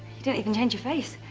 you didn't even change your face.